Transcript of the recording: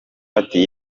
ati